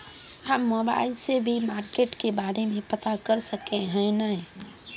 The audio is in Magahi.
हम मोबाईल से भी मार्केट के बारे में पता कर सके है नय?